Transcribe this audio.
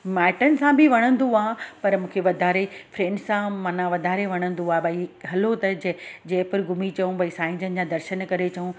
माइटनि सां बि वणंदो आहे पर मूंखे वधारे फ्रैंड सां माना वधारे वणंदो आहे भई हलो त ज जयपुर घुमी अचूं भई साईं जिनि जा दर्शनु करे अचूं